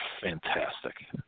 Fantastic